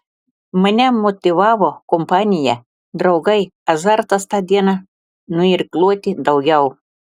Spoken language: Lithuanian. mane motyvavo kompanija draugai azartas tą dieną nuirkluoti daugiau